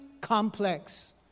complex